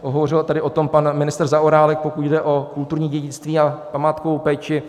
Hovořil tady o tom pan ministr Zaorálek, pokud jde o kulturní dědictví a památkovou péči.